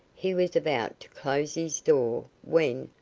he was about to close his door, when,